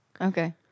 Okay